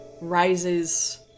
rises